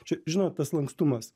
čia žinot tas lankstumas